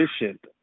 efficient